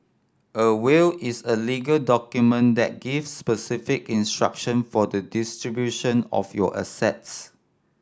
a will is a legal document that gives specific instruction for the distribution of your assets